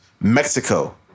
Mexico